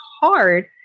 hard